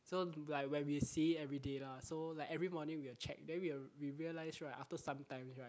so like where we see it everyday lah so like every morning we will check then we'll we realize right after some time right